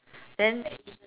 then